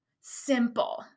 simple